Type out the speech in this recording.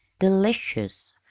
delicious!